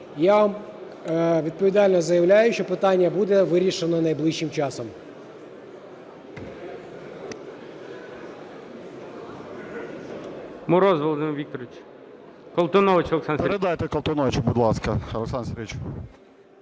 Я відповідально заявлю, що питання буде вирішено найближчим часом.